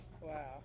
wow